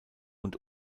und